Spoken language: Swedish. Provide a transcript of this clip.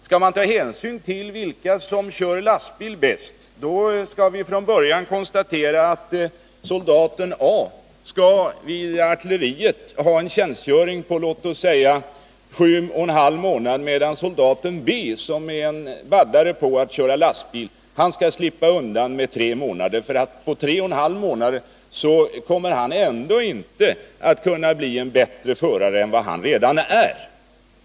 Skulle man ta hänsyn till vilka som kör lastbil bäst, då skulle vi från början konstatera att soldaten A vid artilleriet skall ha en tjänstgöring på låt oss säga sju och en halv månader, medan soldaten B, som är en baddare på att köra lastbil, skall slippa undan med tre månader, eftersom han på sju och en halv månader ändå inte kommer att kunna bli bättre förare än vad han redan är.